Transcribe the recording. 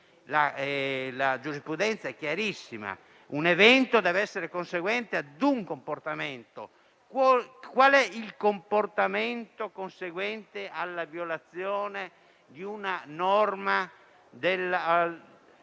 La giurisprudenza è chiarissima: un evento deve essere conseguente a un comportamento e qual è il comportamento conseguente alla violazione di una norma della